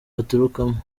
baturukamo